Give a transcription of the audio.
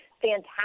fantastic